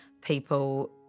people